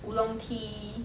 oolong tea